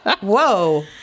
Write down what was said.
whoa